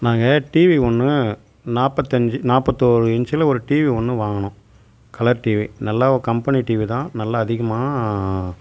நாங்கள் டீவி ஒன்று நாற்பத்தஞ்சி நாப்பத்தொரு இஞ்சில் ஒரு டீவி ஒன்று வாங்கினோம் கலர் டீவி நல்லா கம்பெனி டீவி தான் நல்லா அதிகமாக